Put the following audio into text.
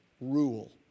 rule